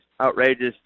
outrageous